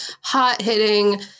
hot-hitting